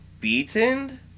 beaten